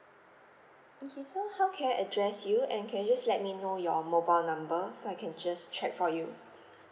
okay so how can I address you and can just let me know your mobile number so I can just check for you